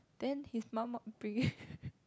then his mum want bring